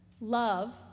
Love